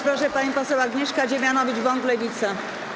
Proszę, pani poseł Agnieszka Dziemianowicz-Bąk, Lewica.